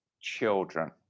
children